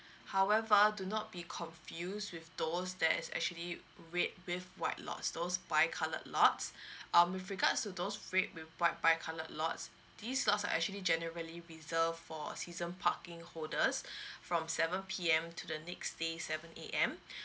however do not be confused with those that is actually red with white lots those bicoloured lots um with regards to those red with white bicoloured lots these lots are actually generally reserved for season parking holders from seven P_M to the next day seven A_M